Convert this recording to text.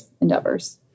endeavors